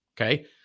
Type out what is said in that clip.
okay